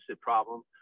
problem